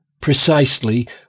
precisely